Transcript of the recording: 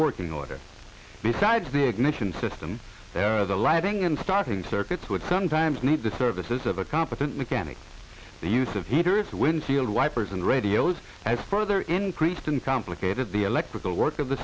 working order besides the ignition system the lighting and starting circuits would sometimes need the services of a competent mechanic the use of heaters windshield wipers and radios has further increased and complicated the electrical work